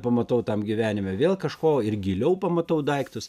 pamatau tam gyvenime vėl kažko ir giliau pamatau daiktus